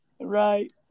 Right